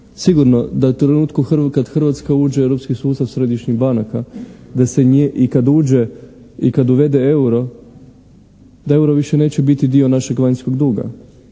Sigurno da u trenutku kad Hrvatska uđe u europski sustav središnjih banaka i kad uvede euro da euro više neće biti dio našeg vanjskog duga.